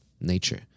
nature